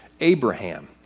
Abraham